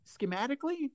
schematically